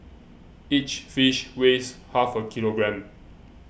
each fish weighs half a kilogram